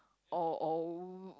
or or